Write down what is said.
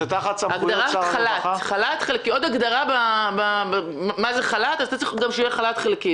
צריכה להיות עוד הגדרה לחל"ת חלקי.